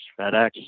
FedEx